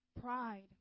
Pride